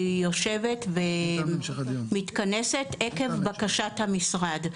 היא יושבת ומתכנסת עקב בקשת המשרד,